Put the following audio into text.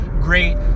great